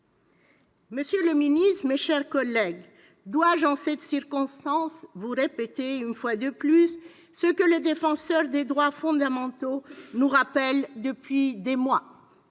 Monsieur le ministre d'État, mes chers collègues, dois-je, en cette circonstance, vous répéter ce que les défenseurs des droits fondamentaux nous rappellent depuis des mois :